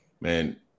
man